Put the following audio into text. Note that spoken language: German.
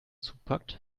zupackt